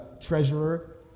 treasurer